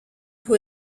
who